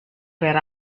per